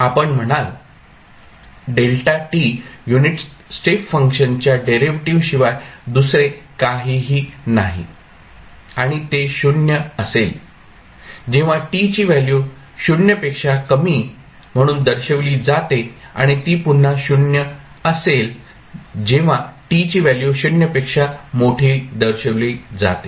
आपण म्हणाल δ unit step फंक्शनच्या डेरिव्हेटिव्ह् शिवाय दुसरे काहीही नाही आणि ते 0 असेल जेव्हा t ची व्हॅल्यू 0 पेक्षा कमी म्हणून दर्शविली जाते आणि ती पुन्हा 0 असेल जेव्हा t ची व्हॅल्यू 0 पेक्षा मोठी दर्शविली जाते